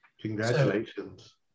Congratulations